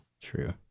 true